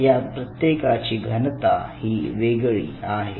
यात प्रत्येकाची घनता ही वेगळी आहे